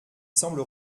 semble